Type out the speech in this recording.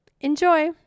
Enjoy